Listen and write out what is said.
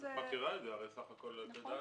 את מכירה את זה, הרי סך הכול את יודעת.